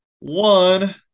one